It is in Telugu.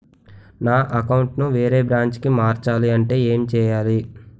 నా అకౌంట్ ను వేరే బ్రాంచ్ కి మార్చాలి అంటే ఎం చేయాలి?